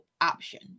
option